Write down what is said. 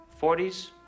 40s